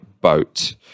boat